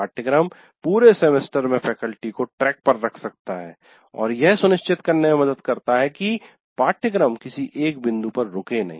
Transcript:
पाठ्यक्रम पूरे सेमेस्टर में फैकल्टी को ट्रैक पर रख सकता है और यह सुनिश्चित करने में मदद करता है कि पाठ्यक्रम किसी एक बिंदु पर रुके नहीं